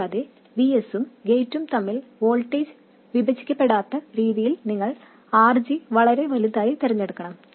കൂടാതെ Vs ഉം ഗെറ്റും തമ്മിൽ വോൾട്ടേജ് വിഭജിക്കപ്പെടാത്ത രീതിയിൽ നിങ്ങൾ RG വളരെ വലുതായി തിരഞ്ഞെടുക്കണം